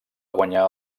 guanyar